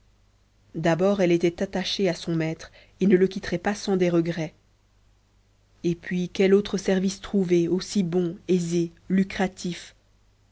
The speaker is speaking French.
d'abord elle était attachée à son maître et ne le quitterait pas sans des regrets et puis quel autre service trouver aussi bon aisé lucratif